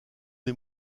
des